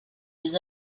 les